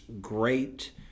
great